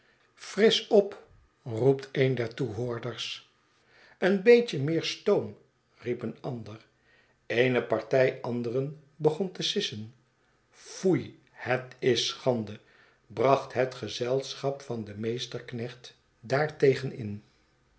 frisch op roept een der toehoorders een beetje meer stoom riep een ander eene party anderen begon te sissen foei het is schande bracht het gezelschap van den meesterknecht daartegen in